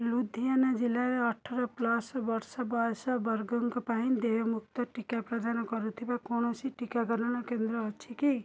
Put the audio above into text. ଲୁଧିଆନା ଜିଲ୍ଲାରେ ଅଠର ପ୍ଲସ୍ ବର୍ଷ ବୟସବର୍ଗଙ୍କ ପାଇଁ ଦେୟମୁକ୍ତ ଟିକା ପ୍ରଦାନ କରୁଥିବା କୌଣସି ଟିକାକରଣ କେନ୍ଦ୍ର ଅଛି କି